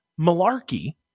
malarkey